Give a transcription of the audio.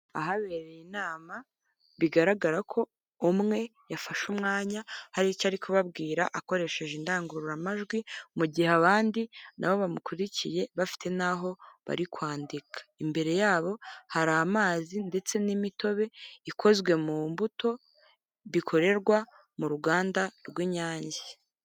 Ahabereye inama bigaragara ko umwe yafashe umwanya, hari icyo ari kubabwira akoresheje indangururamajwi, mu gihe abandi, na bo bamukurikiye bafite n'aho bari kwandika. Imbere yabo hari amazi ndetse n'imitobe ikozwe mu mbuto, bikorerwa mu ruganda rw'Inyange.